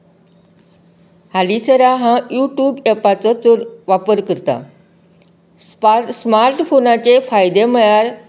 हालीसरा हांव युट्यूब एपाचो चड वापर करता स्पा स्मार्ट फोनाचे फायदे म्हळ्यार